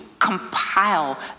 compile